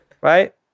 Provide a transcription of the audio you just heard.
Right